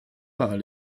par